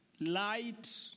light